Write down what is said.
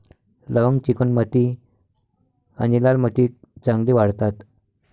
लवंग चिकणमाती आणि लाल मातीत चांगली वाढतात